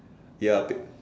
ya be~